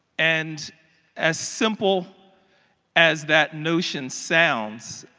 and as simple as that notion sounds,